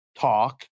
talk